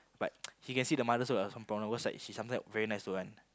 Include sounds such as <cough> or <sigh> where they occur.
but <noise> she can see the mother also like some problem because right she sometime very nice to her one